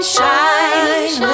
shine